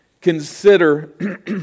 Consider